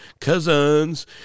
Cousins